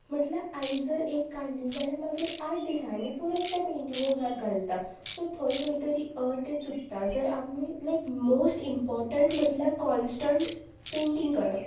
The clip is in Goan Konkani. म्हटल्यार आयज जर एक काडली जाल्यार मागीर आठ दिसांनी परत त्या पेंटिंगेक हात घालता सो थंय खंय तरी तें चुकता जर आमी लायक मोस्ट इमपोर्टंट म्हटल्यार कॉन्स्टंट पेंटींग करप